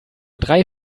drei